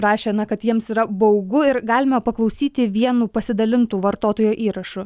rašė na kad jiems yra baugu ir galime paklausyti vienu pasidalintu vartotojo įrašu